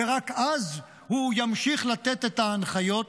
ורק אז הוא ימשיך לתת את ההנחיות,